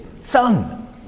son